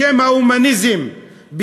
בשם ההומניזם,